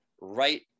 right